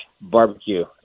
barbecue